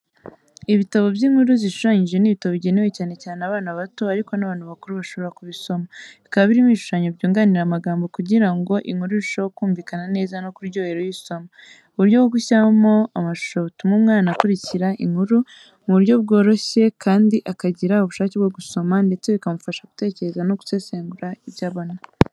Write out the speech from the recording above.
Ibitabo by’inkuru zishushanyije ni ibitabo bigenewe cyane cyane abana bato ariko n’abantu bakuru bashobora kubisoma, bikaba birimo ibishushanyo byunganira amagambo kugira ngo inkuru irusheho kumvikana neza no kuryohera uyisoma. Uburyo bwo gushyiramo amashusho butuma umwana akurikirana inkuru mu buryo bworoshye kandi akagira ubushake bwo gusoma, ndetse bikamufasha gutekereza no gusesengura ibyo abona.